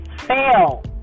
fail